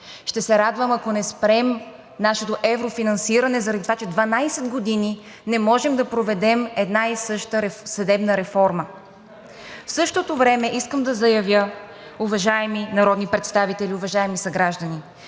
Ще се радвам, ако не спрем нашето еврофинансиране заради това, че 12 години не можем да проведем една и съща съдебна реформа. В същото време искам да заявя, уважаеми народни представители, уважаеми съграждани,